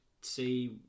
See